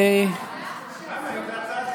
לילה טוב